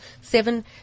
seven